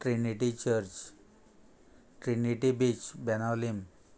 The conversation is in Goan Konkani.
Trinity church Trinity beach Benaulim